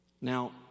Now